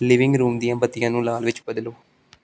living room ਦੀਆਂ ਬੱਤੀਆਂ ਨੂੰ ਲਾਲ ਵਿੱਚ ਬਦਲੋ